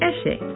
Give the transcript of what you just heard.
Eshe